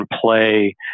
play